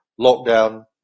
lockdown